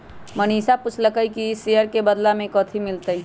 मनीषा पूछलई कि ई शेयर के बदला मे कथी मिलतई